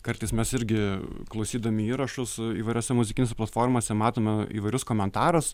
kartais mes irgi klausydami įrašus įvairiose muzikinėse platformose matome įvairius komentarus